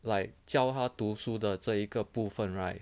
like 教他读书的这一个部分 right